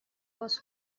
باز